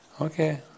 Okay